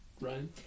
Ryan